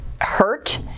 Hurt